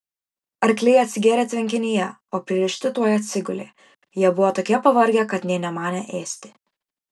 arkliai atsigėrė tvenkinyje o pririšti tuoj atsigulė jie buvo tokie pavargę kad nė nemanė ėsti